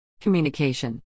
Communication